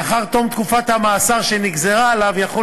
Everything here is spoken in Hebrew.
לאחר תום תקופת המאסר שנגזרה עליו יחול